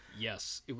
Yes